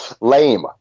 Lame